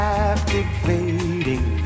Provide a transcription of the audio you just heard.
Captivating